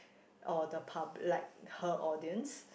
or the pub~ like her audience